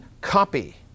copy